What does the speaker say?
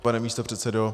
Pane místopředsedo.